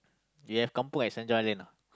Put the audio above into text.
you have kampung at Saint-John-Island ah